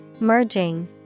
Merging